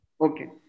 Okay